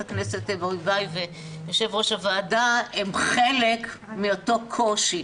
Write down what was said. ברביבאי ויו"ר הוועדה הוא חלק מאותו קושי.